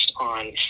on